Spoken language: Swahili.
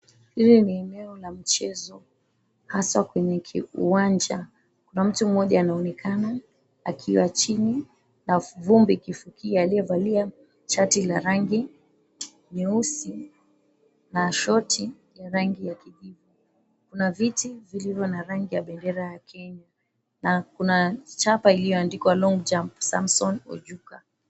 Hili ni eneo la mchezo haswa kwenye uwanja kuna mtu mmoja anaonekana akiwa chini na vumbi ikifukia aliyevalia shati la rangi nyeusi na shoti ya rangi ya kijivu, kuna viti vilivyo na rangi ya bendera ya Kenya na kuna chapa iliyoandikwa, Long Jump Samson Ojuka.